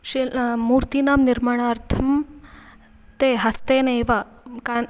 शिल्पः मूर्तीनां निर्माणार्थं ते हस्तेनैव कान्